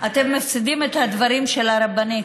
אתם מפסידים את הדברים של הרבנית.